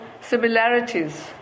similarities